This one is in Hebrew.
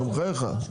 נו, בחייך.